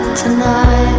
tonight